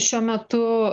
šiuo metu